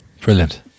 Brilliant